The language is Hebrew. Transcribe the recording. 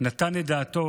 של מדינה,